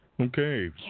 Okay